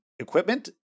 equipment